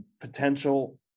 potential